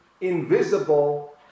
invisible